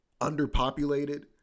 underpopulated